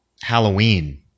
Halloween